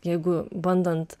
jeigu bandant